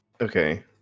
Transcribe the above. Okay